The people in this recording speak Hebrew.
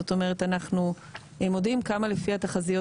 זאת אומרת אנחנו מודיעים כמה לפי התחזיות